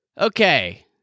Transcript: Okay